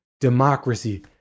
democracy